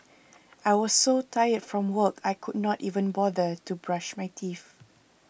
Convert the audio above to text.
I was so tired from work I could not even bother to brush my teeth